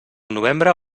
novembre